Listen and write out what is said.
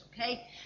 okay